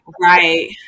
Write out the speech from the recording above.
Right